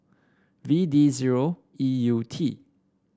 V D zero E U T